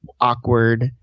Awkward